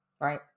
right